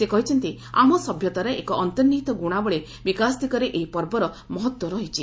ସେ କହିଛନ୍ତି ଆମ ସଭ୍ୟତାର ଏକ ଅନ୍ତର୍ନିହିତ ଗୁଣାବଳୀ ବିକାଶ ଦିଗରେ ଏହି ପର୍ବର ମହତ୍ୱ ରହିଛି